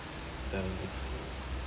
the